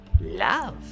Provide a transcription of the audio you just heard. love